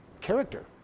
character